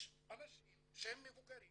יש אנשים מבוגרים